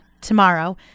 tomorrow